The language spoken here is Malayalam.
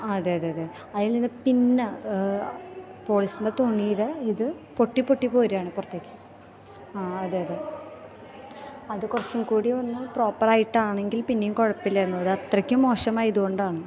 ആ അതേയതെ അതെ അതിൽ നിന്ന് പിന്നെ പോളിസ്റ്ററിന്റെ തുണിയുടെ ഇത് പൊട്ടി പൊട്ടി പോരുകയാണ് പുറത്തേയ്ക്ക് അതെ അതെ അത് കുറച്ചും കൂടിയൊന്ന് പ്രോപ്പറായിട്ടാണെങ്കില് പിന്നെയും കൊഴപ്പില്ലാരുന്നു ഇതത്രക്കും മോശമായത് കൊണ്ടാണ്